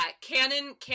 Canon